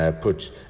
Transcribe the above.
put